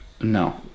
No